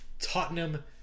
Tottenham